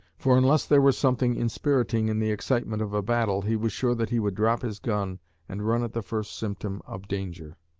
for unless there was something inspiriting in the excitement of a battle he was sure that he would drop his gun and run at the first symptom of danger.